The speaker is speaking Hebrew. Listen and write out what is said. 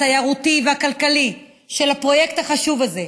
התיירותי והכלכלי של הפרויקט החשוב הזה.